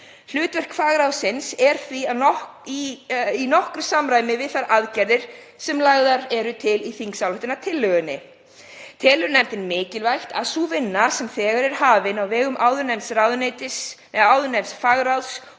Hlutverk fagráðsins er því að nokkru í samræmi við þær aðgerðir sem lagðar eru til í þingsályktunartillögunni. Telur nefndin mikilvægt að sú vinna sem þegar er hafin á vegum áðurnefnds fagráðs